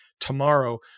tomorrow